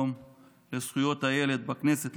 יום לזכויות הילד בכנסת,